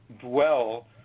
dwell